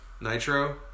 Nitro